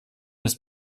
ist